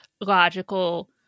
logical